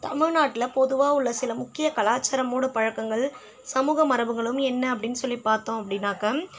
தமிழ்நாட்டில் பொதுவாக உள்ள சில முக்கிய கலாச்சார மூட பழக்கங்கள் சமூக மரபுகளும் என்ன அப்படின்னு சொல்லி பார்த்தோம் அப்படின்னாக்க